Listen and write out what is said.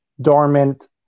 dormant